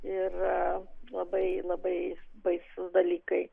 ir labai labai baisūs dalykai